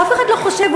אף אחד לא חושב,